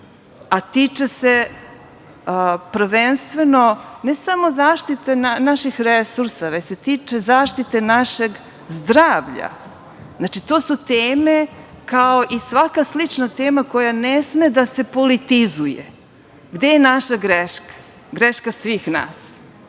a tiče se prvenstveno ne samo zaštite naših resursa, već se tiče zaštite našeg zdravlja. To su teme kao i svaka slična tema koja ne sme da se politizuje. Gde je naša greška, greška svih nas?